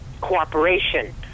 cooperation